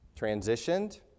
transitioned